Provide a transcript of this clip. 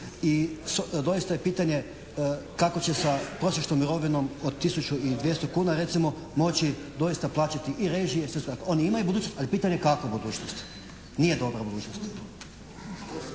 i doista je pitanje kako će sa prosječnom mirovinom od 1.200,00 kuna recimo moći doista plaćati i režije i sve. Oni imaju budućnost, ali pitanje je kakvu budućnost. Nije dobra budućnost.